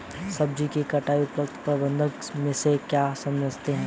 सब्जियों के कटाई उपरांत प्रबंधन से आप क्या समझते हैं?